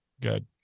Good